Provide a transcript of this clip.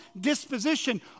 disposition